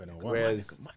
whereas